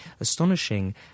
astonishing